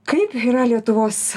kaip yra lietuvos